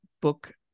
book